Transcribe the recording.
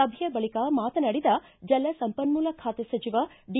ಸಭೆಯ ಬಳಕ ಮಾತನಾಡಿದ ಜಲಸಂಪನ್ಮೂಲ ಖಾತೆ ಸಚಿವ ಡಿ